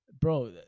bro